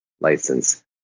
license